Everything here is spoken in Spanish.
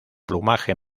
plumaje